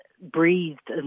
breathed